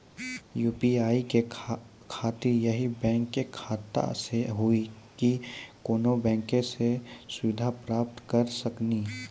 UPI के खातिर यही बैंक के खाता से हुई की कोनो बैंक से सुविधा प्राप्त करऽ सकनी?